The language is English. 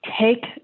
Take